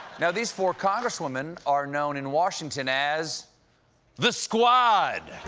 now these four congress women are known in washington as the squad.